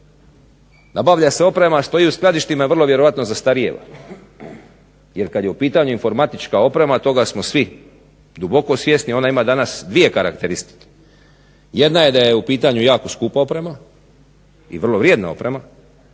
nabavlja se oprema, stoji u skladištima i vrlo vjerojatno zastarijeva. Jer kad je u pitanju informatička oprema, toga smo svi duboko svjesni, ona ima danas dvije karakteristike. Jedna je da je u pitanju jako skupa oprema i vrlo vrijedna oprema,